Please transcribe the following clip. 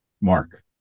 Mark